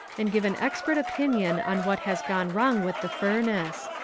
and give an expert opinion on what has gone wrong with the furnace.